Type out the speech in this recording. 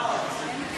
הוא אוהד "הפועל".